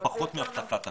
--- זה כמו הבטחת הכנסה?